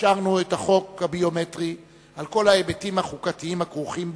אישרנו את החוק הביומטרי על כל ההיבטים החוקתיים הכרוכים בו,